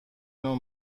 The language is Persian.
نوع